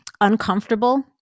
uncomfortable